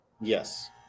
Yes